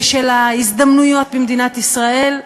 ושל ההזדמנויות במדינת ישראל,